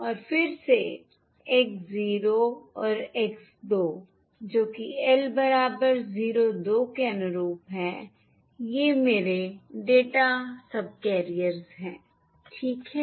और फिर से X 0 और X 2 जो कि l बराबर 0 2 के अनुरूप है ये मेरे डेटा सबकैरियर्स हैं ठीक है